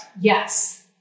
yes